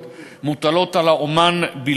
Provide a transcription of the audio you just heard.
שבהם רוב ההתחייבויות מוטלות על האמן בלבד,